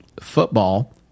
Football